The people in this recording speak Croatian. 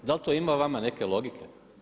Dal' to ima vama neke logike?